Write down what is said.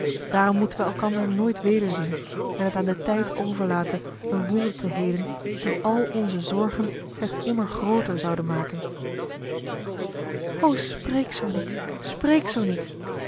daarom moeten wij elkander nooit wederzien en het aan den tijd overlaten een wonde te heelen die al onze zorgen slechts immer grooter zouden maken o spreek zoo niet spreek zoo niet